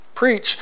preach